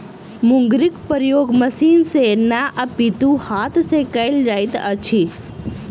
मुंगरीक प्रयोग मशीन सॅ नै अपितु हाथ सॅ कयल जाइत अछि